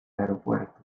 aeropuerto